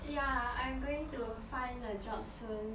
ya I'm going to find a job soon